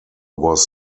was